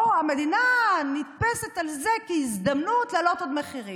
פה המדינה נתפסת על זה כהזדמנות להעלות עוד מחירים.